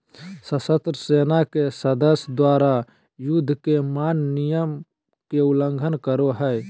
सशस्त्र सेना के सदस्य द्वारा, युद्ध के मान्य नियम के उल्लंघन करो हइ